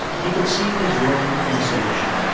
he could see his role in the solution.